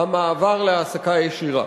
מעבר להעסקה ישירה.